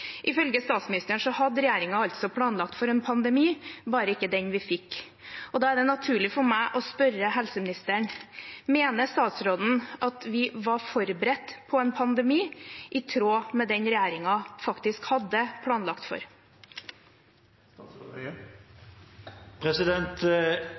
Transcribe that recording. Ifølge statsministeren hadde regjeringen planlagt for en pandemi, bare ikke for den vi fikk. Da er det naturlig for meg å spørre helseministeren: Mener statsråden at vi var forberedt på en pandemi i tråd med den regjeringen faktisk hadde planlagt